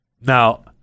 Now